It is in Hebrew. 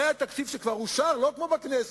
ל-2009, אחרי שהתקציב כבר אושר, לא כמו בכנסת.